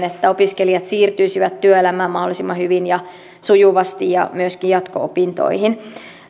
että opiskelijat siirtyisivät työelämään mahdollisimman hyvin ja sujuvasti ja myöskin jatko opintoihin